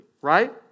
right